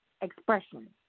expression